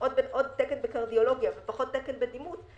עוד תקן בקרדיולוגיה ופחות תקן בדימות,